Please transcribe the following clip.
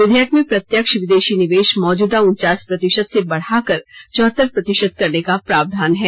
विधेयक में प्रत्यक्ष विदेशी निवेश मौजूदा उन्चास प्रतिशत से बढ़ाकर चौहतर प्रतिशत करने का प्रावधान है